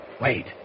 Wait